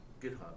GitHub